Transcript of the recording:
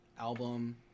album